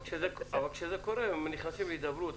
אבל כשזה קורה נכנסים להידברות.